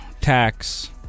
tax